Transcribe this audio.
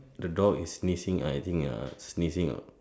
the dog is sneezing I think ah sneezing out